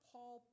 Paul